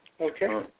Okay